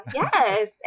yes